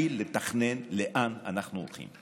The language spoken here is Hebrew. להתחיל לתכנן לאן אנחנו הולכים.